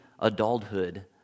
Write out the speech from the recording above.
adulthood